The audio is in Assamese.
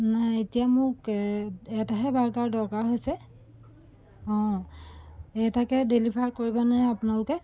নাই এতিয়া মোক এটাহে বাৰ্গাৰ দৰকাৰ হৈছে অঁ এটাকে ডেলিভাৰ কৰিবনে আপোনালোকে